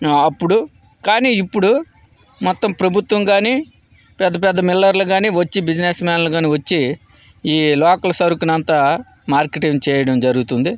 అప్పుడు కానీ ఇప్పుడు మొత్తం ప్రభుత్వం కాని పెద్ద పెద్ద మిల్లర్లు కాని వచ్చి బిజినెస్ మ్యాన్లు కాని వచ్చి ఈ లోకల్ సరుకునంత మార్కెటింగ్ చేయడం జరుగుతుంది